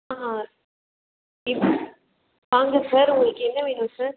ஆ வாங்க சார் உங்களுக்கு என்ன வேணும் சார்